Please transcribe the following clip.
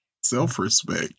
self-respect